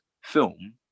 film